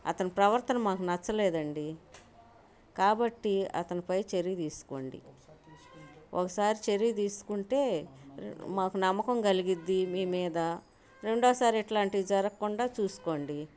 అతను ప్రవర్తన మాకు నచ్చలేదండి కాబట్టి అతనిపై చర్య తీసుకోండి ఒకసారి చర్య తీసుకుంటే మాకు నమ్మకం కలుగుతుంది మీ మీద రెండవసారి ఇట్లాంటివి జరగకుండా చూసుకోండి